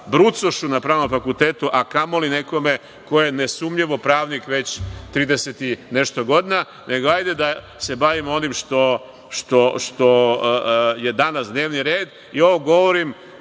brucošu na pravnom fakultetu, a kamoli nekome ko je nesumnjivo pravnik već trideset i nešto godina, nego hajde da se bavimo onim što je danas dnevni red. Ovo govorim